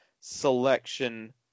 selection